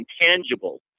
intangible